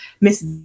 Miss